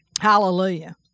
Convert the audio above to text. Hallelujah